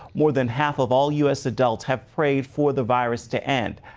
more than half of all u s. adults have prayed for the virus to end.